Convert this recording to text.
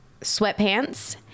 sweatpants